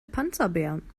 panzerbeeren